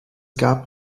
gab